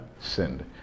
sinned